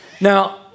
Now